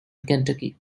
kentucky